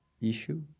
issue